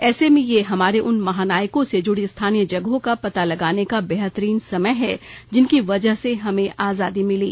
ऐसे में यह हमारे उन महानायकों से जुड़ी स्थानीय जगहों का पता लगाने का बेहतरीन समय है जिनकी वजह से हमें आजादी मिली